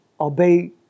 obey